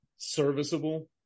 serviceable